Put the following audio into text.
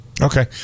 Okay